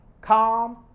calm